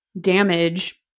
damage